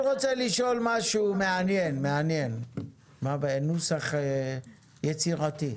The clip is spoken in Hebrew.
אני רוצה לשאול מעניין בנוסח יצירתי.